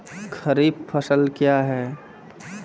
खरीफ फसल क्या हैं?